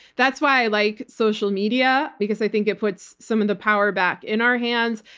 that's why i like social media, because i think it puts some of the power back in our hands.